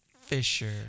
Fisher